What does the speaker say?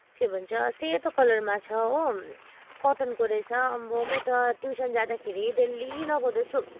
के भन्छ सेतो कलरमा छ हो कटनको रहेछ अम्भो म त ट्युसन जादाँखेरि डेली लगाउँदैछु